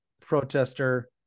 protester